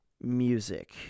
music